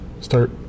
start